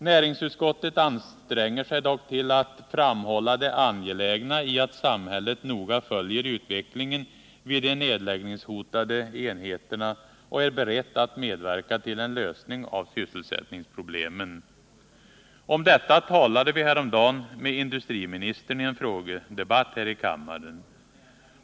Näringsutskottet anstränger sig dock till att ”framhålla det angelägna i att samhället noga följer utvecklingen vid de nedläggningshotade enheterna och är berett att medverka till en lösning av sysselsättningsproblemen”. Om detta talade vi häromdagen med industriministern i en frågedebatt här i kammaren.